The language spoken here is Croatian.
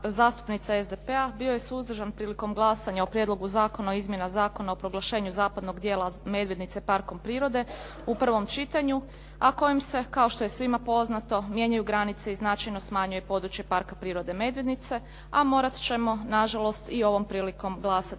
zastupnica SDP-a bio je suzdržan prilikom glasanja o Prijedlogu zakona o izmjenama Zakona o proglašenju zapadnog dijela Medvednice parkom prirode u prvom čitanju a kojem se kao što je svima poznato mijenjaju granice i značajno smanjuje područje Parka prirode Medvednice a morat ćemo nažalost i ovom prilikom glasati